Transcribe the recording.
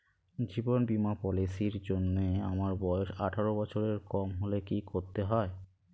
জীবন বীমা পলিসি র জন্যে আমার বয়স আঠারো বছরের কম হলে কি করতে হয়?